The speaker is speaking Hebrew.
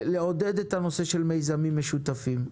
לעודד את הנושא של מיזמים משותפים,